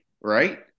right